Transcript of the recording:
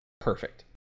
perfect